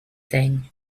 thing